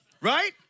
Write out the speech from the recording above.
Right